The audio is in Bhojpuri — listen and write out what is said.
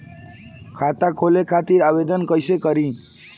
खाता खोले खातिर आवेदन कइसे करी?